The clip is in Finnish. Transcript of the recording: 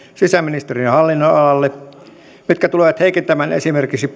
sisäministeriön hallinnonalalle rajut säästötoimenpiteet jotka tulevat heikentämään esimerkiksi